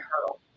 hurdle